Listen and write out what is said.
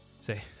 Say